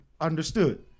Understood